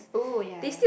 oh ya ya